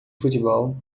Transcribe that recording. futebol